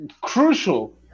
crucial